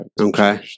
Okay